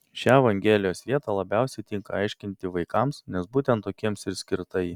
šią evangelijos vietą labiausiai tinka aiškinti vaikams nes būtent tokiems ir skirta ji